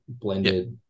blended